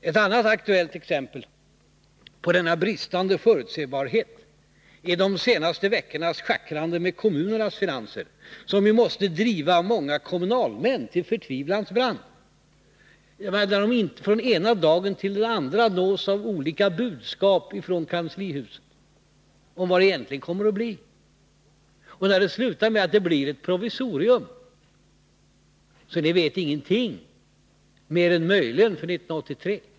Ett annat aktuellt exempel på denna bristande förutsebarhet är de senaste veckornas schackrande med kommunernas finanser, som ju måste driva många kommunalmän till förtvivlans brant, när de från den ena dagen till den andra nås av olika budskap från kanslihuset om vad det egentligen kommer att bli och när det slutar med att det blir ett provisorium, så att de inte får veta någonting förrän möjligen år 1983.